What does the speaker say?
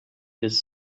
des